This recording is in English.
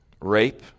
rape